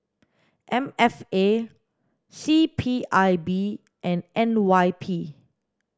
M F A C P I B and N Y P